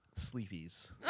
sleepies